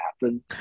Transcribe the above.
happen